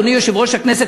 אדוני יושב-ראש הכנסת,